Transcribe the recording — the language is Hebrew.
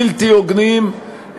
בלתי הוגנים,